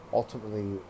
ultimately